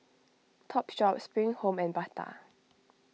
Topshop Spring Home and Bata